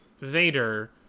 Vader